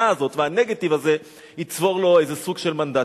הזאת והנגטיב הזה יצבור לו איזה סוג של מנדטים.